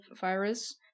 virus